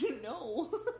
No